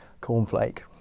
Cornflake